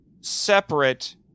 separate